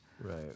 Right